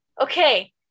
okay